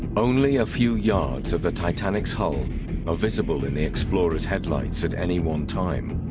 only a few yards of the titanic's hull are visible in the explorers' headlights at any one time.